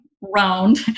round